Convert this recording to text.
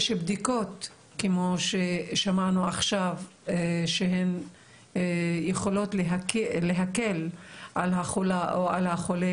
יש בדיקות כמו ששמענו עכשיו שהן יכולות להקל על החולה או על החולה